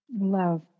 Love